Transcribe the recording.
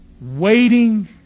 Waiting